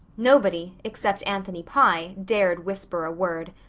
nobody, except anthony pye, dared whisper a word.